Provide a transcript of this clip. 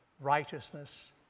righteousness